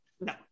no